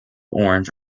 orange